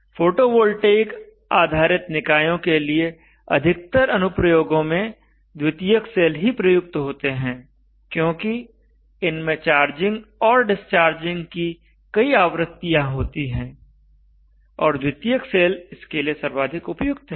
photovoltaic आधारित निकायों के लिए अधिकतर अनुप्रयोगों में द्वितीयक सेल ही प्रयुक्त होते हैं क्योंकि इनमें चार्जिंग और डिस्चार्जिंग की कई आवृत्तियाँ होती हैं और द्वितीयक सेल इसके लिए सर्वाधिक उपयुक्त हैं